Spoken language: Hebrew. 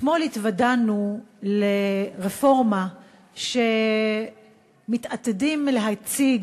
אתמול התוודענו לרפורמה שמתעתדים להציג